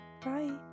Bye